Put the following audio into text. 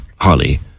Holly